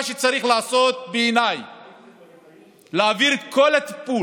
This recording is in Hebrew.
מה שבעיניי צריך לעשות זה להעביר את כל הטיפול